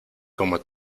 como